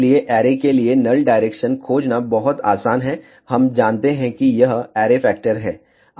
इसलिए ऐरे के लिए नल डायरेक्शन खोजना बहुत आसान है हम जानते हैं कि यह ऐरे फैक्टर है